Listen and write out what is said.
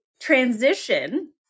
transition